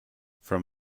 from